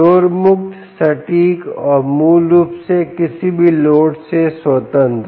शोर मुक्त सटीक और मूल रूप से किसी भी लोड से स्वतंत्र